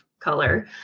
color